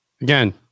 Again